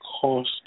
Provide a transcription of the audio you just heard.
cost